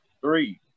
three